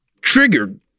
triggered